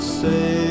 say